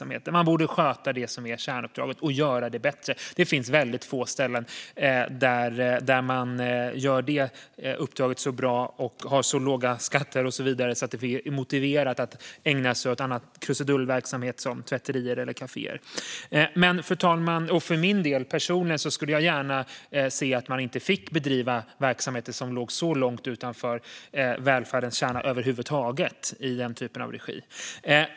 Man borde sköta det som är kärnuppdraget och göra det bättre. Det finns väldigt få ställen där man sköter det uppdraget så bra och har så låga skatter och så vidare att det är motiverat att ägna sig åt krusidullverksamhet som tvätterier eller kaféer. För min personliga del skulle jag gärna se att man inte fick bedriva verksamheter som ligger så långt utanför välfärdens kärna i den typen av regi.